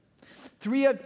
Three